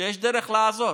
דרך לעזור.